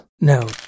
No